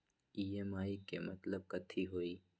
EMI के मतलब कथी होई?